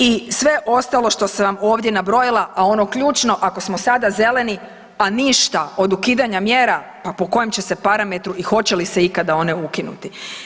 I sve ostalo što sam vam ovdje nabrojila, a ono ključno ako smo sada zeleni, a ništa od ukidanja mjera pa po kojem će se parametru i hoće li se ikada one ukinuti?